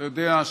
אתה יודע,